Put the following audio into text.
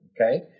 okay